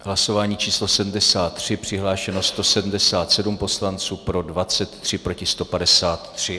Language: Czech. Hlasování číslo 73, přihlášeno 177 poslanců, pro 23, proti 153.